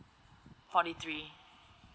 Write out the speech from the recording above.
forty three